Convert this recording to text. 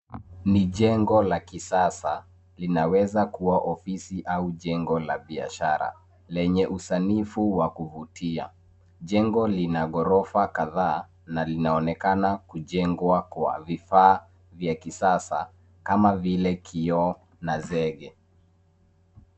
Ni jengo la kisasa. Linaweza kuwa ofisi au jengo la biashara, lenye usanifu wa kuvutia. Jengo lina ghorofa kadhaa, na linaonekana kujengwa kwa vifaa vya kisasa, kama vile kioo na zege.